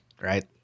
right